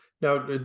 now